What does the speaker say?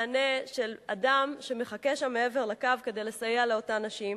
מענה של אדם שמחכה שם מעבר לקו כדי לסייע לאותן נשים.